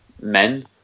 men